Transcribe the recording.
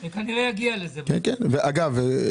ואגב,